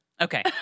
Okay